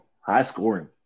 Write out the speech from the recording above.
high-scoring